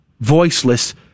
voiceless